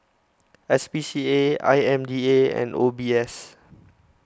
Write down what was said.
S P C A I M D A and O B S